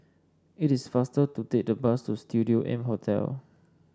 it is faster to take the bus to Studio M Hotel